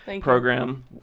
program